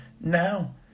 now